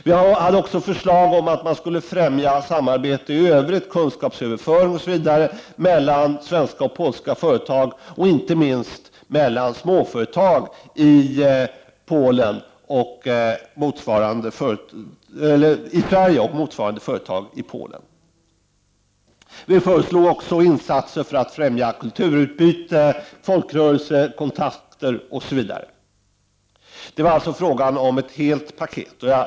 Vi har också förslag om att man skall främja samarbetet i övrigt, kunskapsöverföring osv., mellan svenska och polska företag, inte minst mellan småföretag i Sverige och motsvarande företag i Polen. Vi föreslår vidare insatser för att främja kulturutbyte, folkrörelsekontakter osv. Det var alltså fråga om ett helt paket.